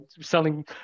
selling